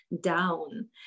down